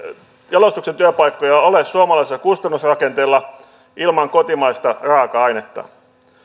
jalostuksen työpaikkoja ole suomalaisella kustannusrakenteella ilman kotimaista raaka ainetta